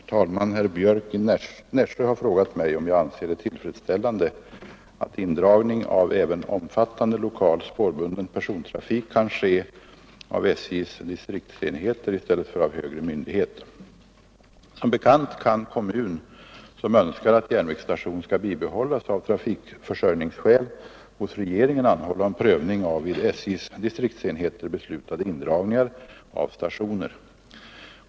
Herr talman! Herr Björck i Nässjö har frågat mig om jag anser det tillfredsställande att indragning av även omfattande lokal spårbunden persontrafik kan göras av SJ:s distriktsenheter i stället för av högre myndighet. Som bekant kan kommun, som önskar att järnvägsstation skall bibehållas av trafikförsörjningsskäl, hos regeringen anhålla om prövning av vid SJ:s distriktsenheter beslutade indragningar av stationer.